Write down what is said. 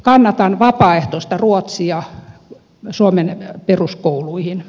kannatan vapaaehtoista ruotsia suomen peruskouluihin